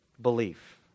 belief